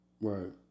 Right